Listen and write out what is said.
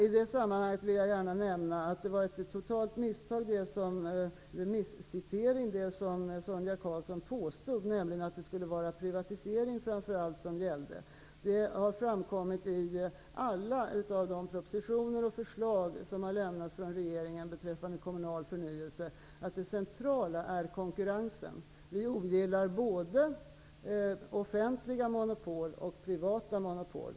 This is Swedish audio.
I detta sammanhang vill jag nämna att det är fel som Sonia Karlsson påstod, att för mig är det framför allt privatisering som gäller. I alla de propositioner och förslag som har lagts fram av regeringen beträffande kommunal förnyelse har det framkommit att det centrala är konkurrensen. Vi ogillar både offentliga och privata monopol.